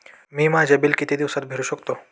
मी माझे बिल किती दिवसांत भरू शकतो?